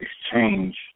exchange